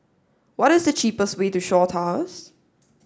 what is the cheapest way to Shaw Towers